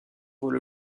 voient